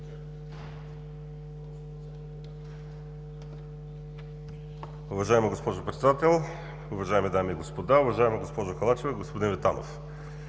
Уважаема госпожо Председател, уважаеми дами и господа, уважаема госпожо Халачева, господин Витанов!